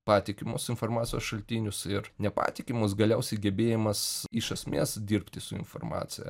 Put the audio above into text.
patikimus informacijos šaltinius ir nepatikimus galiausiai gebėjimas iš esmės dirbti su informacija